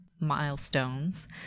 milestones